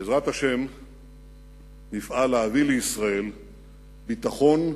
בעזרת השם נפעל להביא לישראל ביטחון,